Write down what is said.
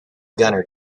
gunner